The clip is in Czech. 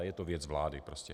Je to věc vlády prostě.